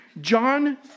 John